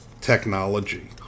technology